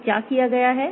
तो क्या किया गया है